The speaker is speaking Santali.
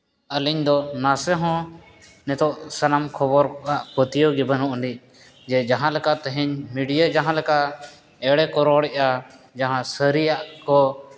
ᱟᱹᱞᱤᱧ ᱫᱚ ᱱᱟᱥᱮ ᱦᱚᱸ ᱱᱤᱛᱚᱜ ᱥᱟᱱᱟᱢ ᱠᱷᱚᱵᱚᱨ ᱠᱚᱣᱟᱜ ᱯᱟᱹᱛᱭᱟᱹᱣ ᱜᱮ ᱵᱟᱹᱱᱩᱜ ᱟᱹᱱᱤᱡ ᱡᱮ ᱡᱟᱦᱟᱸ ᱞᱮᱠᱟ ᱛᱮᱦᱮᱧ ᱢᱤᱰᱤᱭᱟ ᱢᱤᱰᱤᱭᱟ ᱡᱟᱦᱟᱸ ᱞᱮᱠᱟ ᱮᱬᱮ ᱠᱚ ᱨᱚᱲᱮᱜᱼᱟ ᱡᱟᱦᱟᱸ ᱥᱟᱹᱨᱤᱭᱟᱜ ᱠᱚ